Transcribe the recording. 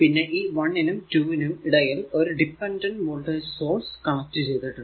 പിന്നെ ഈ 1 നും 2 നും ഇടയിൽ ഒരു ഡിപെൻഡന്റ് വോൾടേജ് സോഴ്സ് കണക്ട് ചെയ്തിട്ടുണ്ട്